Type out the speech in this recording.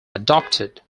adopted